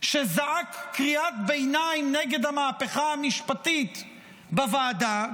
שזעק קריאת ביניים נגד המהפכה המשפטית בוועדה,